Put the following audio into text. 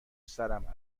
سرم